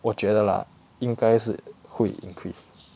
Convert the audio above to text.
我觉得 lah 应该是会 increase